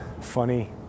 funny